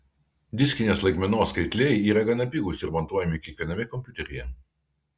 diskinės laikmenos skaitliai yra gana pigūs ir montuojami kiekviename kompiuteryje